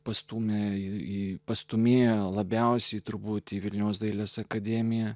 pastūmė į pastūmėjo labiausiai truputį vilniaus dailės akademiją